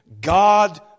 God